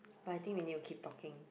but I think we need to keep talking